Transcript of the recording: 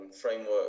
framework